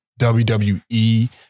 WWE